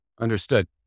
Understood